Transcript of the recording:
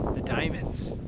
the diamonds,